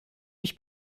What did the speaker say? mich